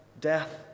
death